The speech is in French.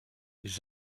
les